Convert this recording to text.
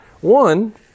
One